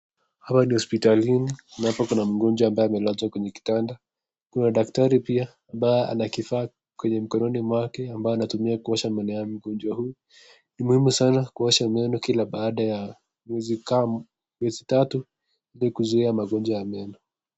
Hapa ni hosiptalini ambapo kuna mgonjwa ambaye amelazwa kwenye kitanda, kuna daktari pia ambaye ana kifaa kwenye mkononi mwake ambao anatumia kuosha meno ya mgonjwa huyu, ni muhimu sana kuosha meno kila baada ya miezi tatu ili kuzuia magonjwa ya meno.